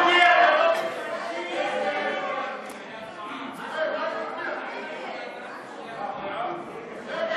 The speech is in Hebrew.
ההצעה להסיר מסדר-היום את הצעת חוק להגדלת שיעור ההשתתפות